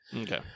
okay